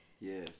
Yes